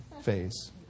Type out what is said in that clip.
phase